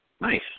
Nice